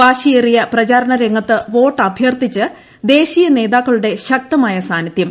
വാശിയേറിയ പ്രചാരണ രംഗത്ത് വോട്ട് അഭ്യർത്ഥിച്ച് ദേശീയ നേതാക്കളുടെ ശക്തമായ സാന്നിധ്യം